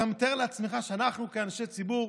אתה מתאר לעצמך שאנחנו כאנשי ציבור